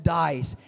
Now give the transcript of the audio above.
dies